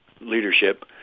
leadership